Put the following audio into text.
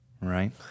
right